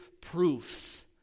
proofs